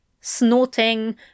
Snorting